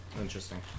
Interesting